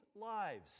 lives